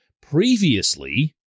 previously